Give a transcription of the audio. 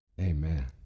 Amen